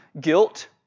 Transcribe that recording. guilt